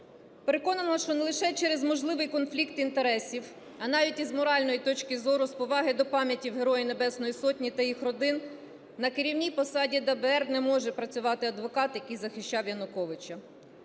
Переконана, що не лише через можливий конфлікт інтересів, а навіть із моральної точки зору, з поваги до пам'яті Героїв Небесної Сотні та їх родин на керівній посаді ДБР не може працювати адвокат, який захищав Януковича.